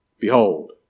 behold